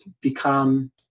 become